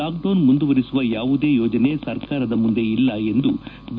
lock down ಮುಂದುವರೆಸುವ ಯಾವುದೇ ಯೋಜನೆ ಸರ್ಕಾರದ ಮುಂದೆ ಇಲ್ಲ ಎಂದು ಬಿ